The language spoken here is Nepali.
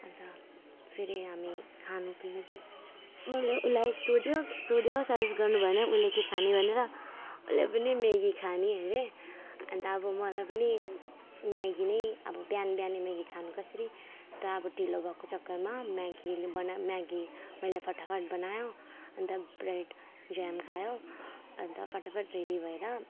अन्त फेरि हामी खानुको लाग्यौँ मैले उसलाई सोझ्यो सोध्यो सर्विस गर्नु भन्यो उसले के खाने भनेर उसले पनि मेगी खाने अरे अन्त अब मलाई पनि मेगी नै अब बिहान बिहानै मेगी खानु कसरी तर अब ढिलो भएको चक्करमा मेगीले बना मेगी मैले फटाफट बनायो अन्त ब्रेड जाम खायौँ अन्त फटाफट रेडी भएर